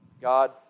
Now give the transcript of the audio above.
God